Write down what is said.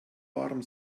warm